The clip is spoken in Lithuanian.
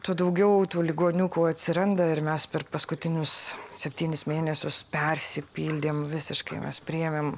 tuo daugiau tų ligoniukų atsiranda ir mes per paskutinius septynis mėnesius persipildėm visiškai mes priėmėm